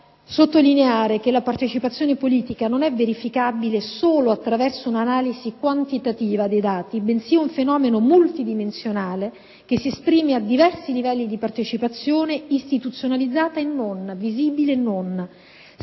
sottolineare che la partecipazione politica non è verificabile solo attraverso un'analisi quantitativa dei dati, bensì è un fenomeno multidimensionale, che si esprime a diversi livelli di partecipazione, istituzionalizzata e non, visibile e non.